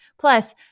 Plus